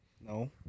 No